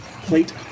plate